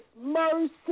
mercy